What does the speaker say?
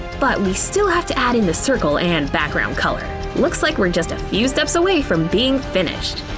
but we still have to add in the circle and background color. looks like we're just a few steps away from being finished!